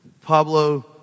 Pablo